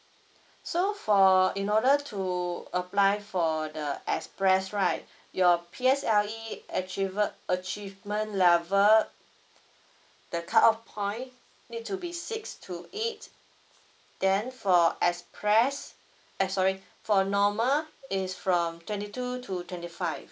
so for in order to apply for the express right your P_S_L_E achiever achievement level the cut off point need to be six to eight then for express eh sorry for normal is from twenty two to twenty five